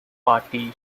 party